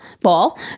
ball